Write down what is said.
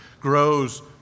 grows